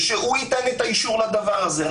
ושהוא ייתן את האישור לדבר הזה.